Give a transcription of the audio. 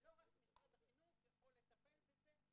ולא רק משרד החינוך יכול לטפל בזה.